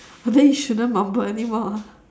ah then you shouldn't mumble anymore